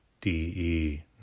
DE